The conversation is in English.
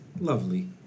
Lovely